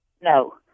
No